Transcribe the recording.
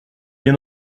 bien